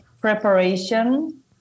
preparation